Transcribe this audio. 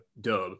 dub